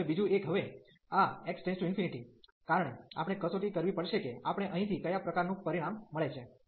હવે બીજું એક હવે આ x → કારણે આપણે કસોટી કરવી પડશે કે આપણે અહીંથી કયા પ્રકારનું પરિણામ મળે છે